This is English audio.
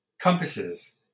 compasses